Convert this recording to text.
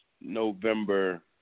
November